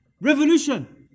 revolution